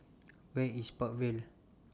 Where IS Park Vale